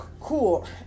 cool